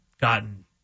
gotten